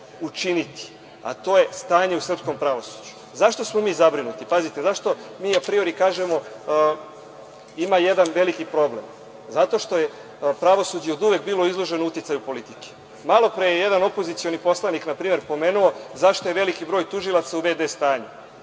učiniti, a to je stanje u srpskom pravosuđu. Zašto smo mi zabrinuti? Zašto mi apriori kažemo, ima jedan veliki problem. Zato što je pravosuđe oduvek bilo izloženo uticaju politike. Malo pre je jedna opozicioni poslanik na primer pomenuo zašto je veliki broj tužilaca u vd stanju.